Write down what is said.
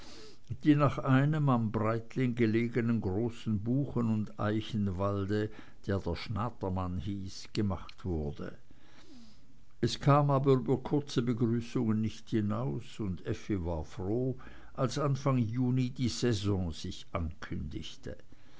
die nach einem am breitling gelegenen großen buchen und eichenwald der der schnatermann hieß gemacht wurde es kam aber über kurze begrüßungen nicht hinaus und effi war froh als anfang juni die saison sich ankündigte